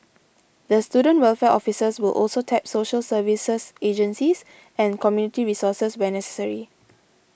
the student welfare officers will also tap social services agencies and community resources when necessary